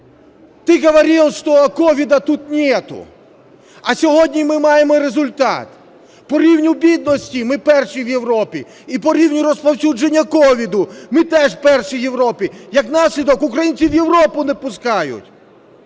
ты говорил, что COVID тут нету! А сьогодні ми маємо результат: по рівню бідності ми – перші в Європі і по рівню розповсюдження COVID ми теж перші в Європі, як наслідок – українців в Європу не пускають.